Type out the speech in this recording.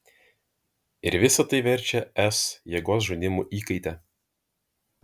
ir visa tai verčia es jėgos žaidimų įkaite